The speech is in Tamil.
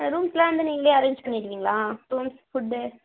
ஆ ரூம்ஸெல்லாம் வந்து நீங்களே அரேஞ்ச் பண்ணிடுவீங்களா ரூம்ஸ் ஃபுட்டு